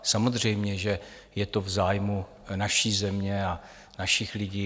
Samozřejmě že je to v zájmu naší země a našich lidí.